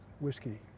Whiskey